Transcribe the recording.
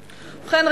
ובכן,